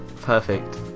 Perfect